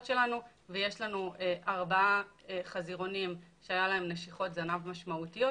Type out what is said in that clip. שלנו ויש לנו ארבעה חזירונים שהיו להם נשיכות זנב משמעותיות,